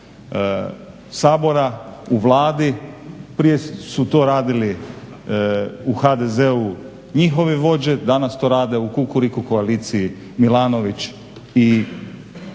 Sabora u Vladi. Prije su to radili u HDZ-u njihovi vođe, danas tu radi u KUkuriku koaliciji Milanović i Čačić